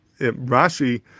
Rashi